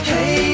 Hey